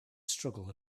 struggle